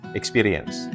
experience